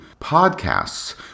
podcasts